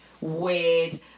weird